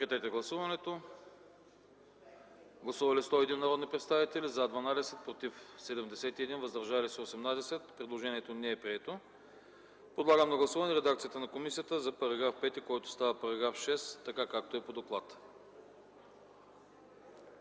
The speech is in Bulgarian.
Моля, гласувайте. Гласували 101 народни представители: за 12, против 71, въздържали се 18. Предложението не е прието. Подлагам на гласуване редакцията на комисията за § 5, който става § 6, както е по доклад.